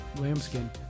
Lambskin